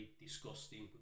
disgusting